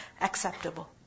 acceptable